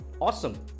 awesome